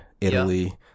Italy